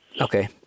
Okay